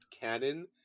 cannon